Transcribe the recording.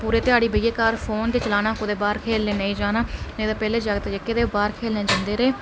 पूरी ध्याड़ी बेहियै घर फोन गै चलाना कुदै बाह्र खेलने ई नेईं जाना नेईं ते पैह्ले जागत जेह्के ते ओह् बाह्र खेलने ई जंदे रेह्